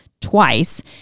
twice